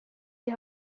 die